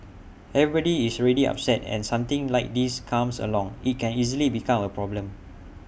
everybody is already upset and something like this comes along IT can easily become A problem